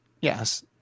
yes